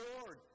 Lord